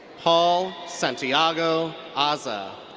paul santiago aza.